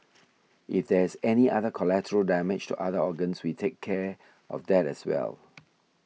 if there is any other collateral damage to other organs we take care of that as well